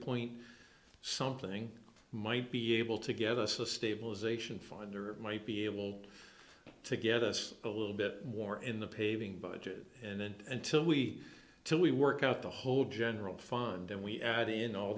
point something might be able to give us a stabilization fund or might be able to get us a little bit more in the paving budget and then until we to we work out the whole general fund then we add in all